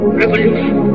revolution